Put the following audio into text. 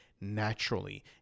naturally